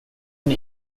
and